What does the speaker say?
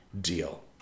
deal